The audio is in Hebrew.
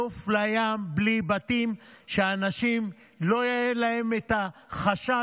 נוף לים, בלי בתים, שלאנשים לא יהיה את החשש.